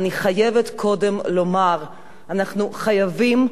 ולכן אני חייבת קודם לומר שאנחנו חייבים,